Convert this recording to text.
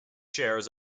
shares